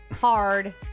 hard